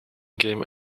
game